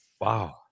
Wow